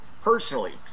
personally